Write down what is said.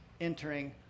entering